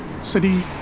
city